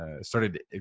started